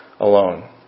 alone